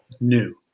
new